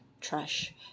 trash